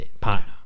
partner